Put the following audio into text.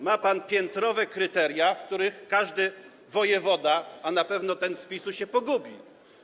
Ma pan piętrowe kryteria, w których każdy wojewoda, a na pewno ten z PiS-u, się pogubi.